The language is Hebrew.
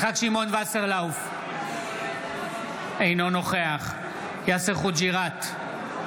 אינו נוכח יאסר חוג'יראת,